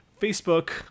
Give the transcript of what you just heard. Facebook